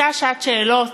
הייתה שעת שאלות,